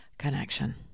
connection